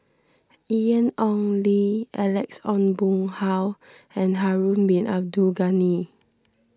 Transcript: Ian Ong Li Alex Ong Boon Hau and Harun Bin Abdul Ghani